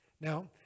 Now